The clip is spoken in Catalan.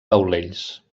taulells